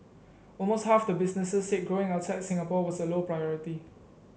almost half the businesses said growing outside Singapore was a low priority